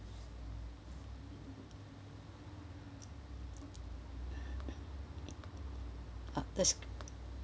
uh that's